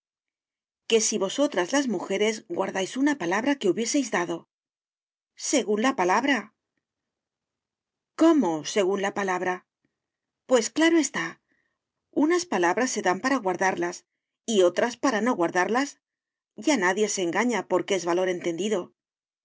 que si vosotras las mujeres guardáis una palabra que hubiéseis dado según la palabra cómo según la palabra pues claro está unas palabras se dan para guardarlas y otras para no guardarlas ya nadie se engaña porque es valor entendido